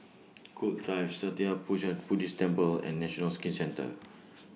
Gul Drive Sattha Puchaniyaram Buddhist Temple and National Skin Centre